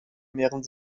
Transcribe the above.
mehren